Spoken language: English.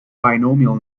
binomial